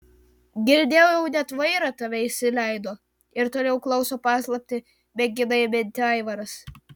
girdėjau net vaira tave įsileido ir toliau klauso paslaptį mėgina įminti aivaras